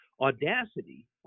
audacity